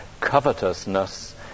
covetousness